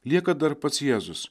lieka dar pats jėzus